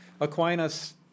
Aquinas